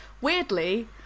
weirdly